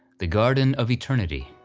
the garden of eternity.